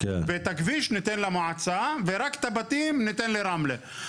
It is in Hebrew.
את הכביש ניתן למועצה ורק את הבתים ניתן לרמלה.